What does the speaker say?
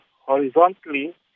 horizontally